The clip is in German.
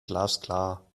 glasklar